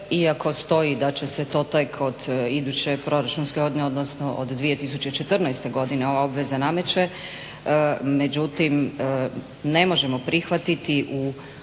iako stoji da će se to tek od iduće proračunske, odnosno od 2014. godine se ova obveza nameće međutim ne možemo prihvatiti u